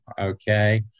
okay